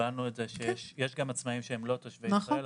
קיבלנו את זה שיש גם עצמאים שהם לא תושבי ישראל,